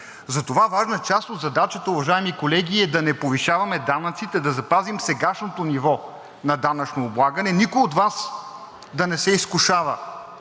Затова важна част от задачата, уважаеми колеги, е да не повишаваме данъците, да запазим сегашното ниво на данъчно облагане. Никой от Вас да не се изкушава